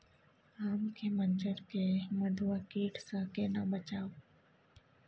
आम के मंजर के मधुआ कीट स केना बचाऊ?